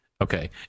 Okay